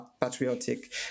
patriotic